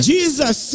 Jesus